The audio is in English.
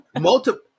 Multiple